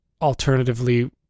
alternatively